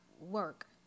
work